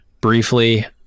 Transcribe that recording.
briefly